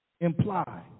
imply